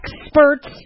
experts